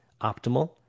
optimal